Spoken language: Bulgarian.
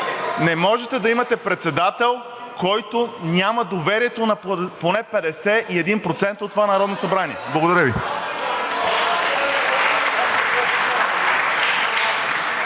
Не можете да имате председател, който няма доверието на поне 51% от това Народно събрание. Благодаря Ви.